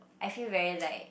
I feel very like